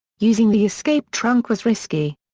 using the escape trunk was risky.